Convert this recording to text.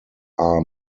are